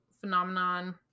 phenomenon